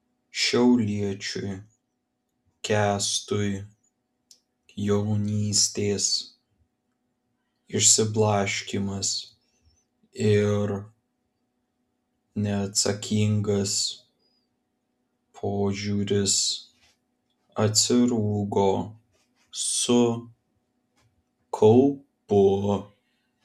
šiauliečiui kęstui jaunystės išsiblaškymas ir neatsakingas požiūris atsirūgo su kaupu